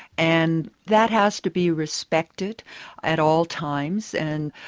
and that has to be respected at all times, and,